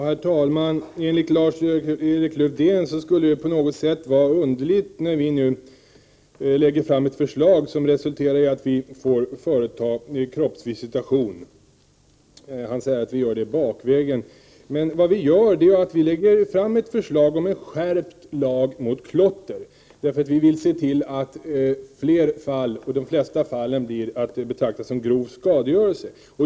Herr talman! Enligt Lars-Erik Lövdén skulle det på något sätt vara underligt att vi nu lägger fram ett förslag som innebär att kroppsvisitation får genomföras i ökad utsträckning när det gäller klottrare. Han säger att vi bakvägen utverkar möjlighet till kroppsvisitation. Vad vi gör är att lägga fram ett förslag om en skärpt lag mot klotter, eftersom vi vill att de flesta fallen skall betraktas som grov skadegörelse.